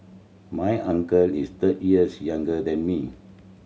my uncle is thirty years younger than me